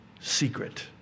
secret